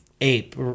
ape